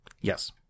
Yes